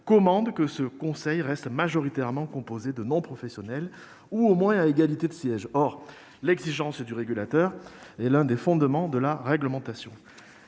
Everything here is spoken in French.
commande que ce Conseil reste majoritairement composé de non-professionnels ou, au moins, que ces derniers soient à égalité de sièges. Or, l'existence du régulateur est l'un des fondements de la réglementation.